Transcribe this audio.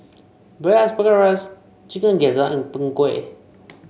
Braised Asparagus Chicken Gizzard and Png Kueh